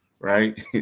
right